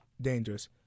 dangerous